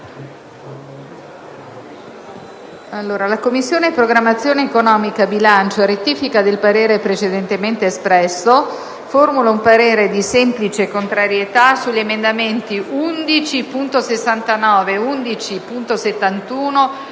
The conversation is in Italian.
«La Commissione programmazione economica, bilancio, a rettifica del parere precedentemente espresso, formula un parere di semplice contrarieta` sugli emendamenti 11.69, 11.71,